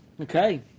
Okay